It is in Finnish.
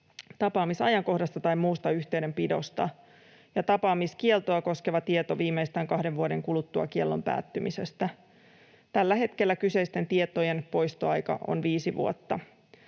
tapaamisajankohdasta tai muusta yhteydenpidosta ja tapaamiskieltoa koskeva tieto viimeistään kahden vuoden kuluttua kiellon päättymisestä. Tällä hetkellä kyseisten tietojen poistoaika on viisi vuotta.